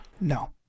No